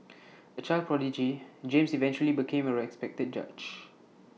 A child prodigy James eventually became A respected judge